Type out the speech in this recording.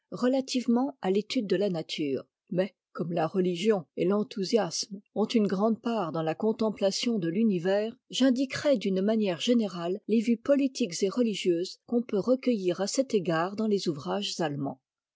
relativement à l'étude de la nature mais comme la re igion et t'enthousiasme ont une grande part dans la contemplation de l'univers j'indiquerai d'une manière générale les vues politiques et religieuses qu'on peut recueillir à cet égard dans les ouvrages allemands